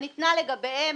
שניתנה לגביהם